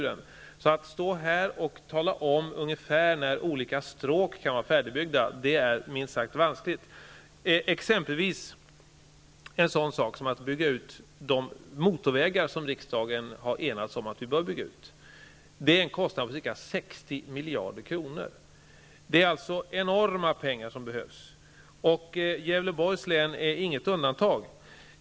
Därför är det minst sagt vanskligt att stå här och tala om ungefär när olika stråk kan vara färdigbyggda. Exempelvis utbyggnaden av de motorvägar som riksdagen har enats om bör byggas ut innebär en kostnad på ca 60 miljarder kronor. Det är alltså enorma pengar som behövs. Gävleborgs län är inget undantag.